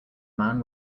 man